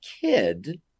kid